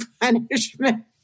punishment